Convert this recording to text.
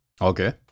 okay